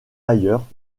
ailleurs